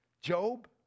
Job